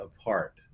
apart